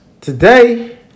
today